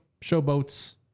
showboats